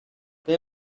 they